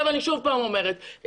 אני שוב פעם אומרת,